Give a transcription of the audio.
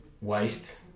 waste